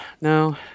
no